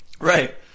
Right